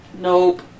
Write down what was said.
Nope